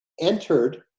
entered